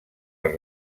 les